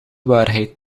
waarheid